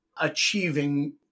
achieving